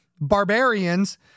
barbarians